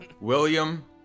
William